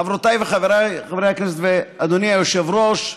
חברותיי וחבריי חברי הכנסת ואדוני היושב-ראש,